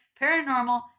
paranormal